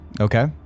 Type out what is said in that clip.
Okay